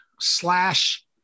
slash